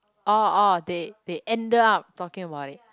oh oh they they ended up talking about it